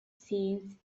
scenes